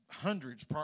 hundreds